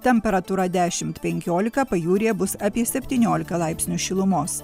temperatūra dešimt penkiolika pajūryje bus apie septyniolika laipsnių šilumos